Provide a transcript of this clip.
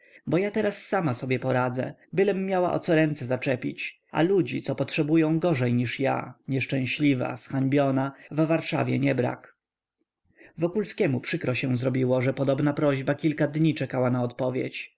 bo ja teraz sama sobie poradzę bylem miała o co ręce zaczepić a ludzi co potrzebują gorzej niż ja nieszczęśliwa zhańbiona w warszawie nie brak wokulskiemu przykro się zrobiło że podobna prośba kilka dni czekała na odpowiedź